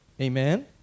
Amen